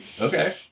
okay